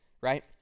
right